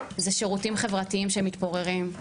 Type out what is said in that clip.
זה שירותים חברתיים שמתפוררים,